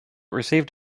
received